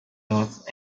north